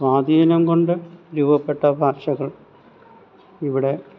സ്വാധീനംകൊണ്ട് രൂപപ്പെട്ട ഭാഷകൾ ഇവിടെ